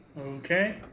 Okay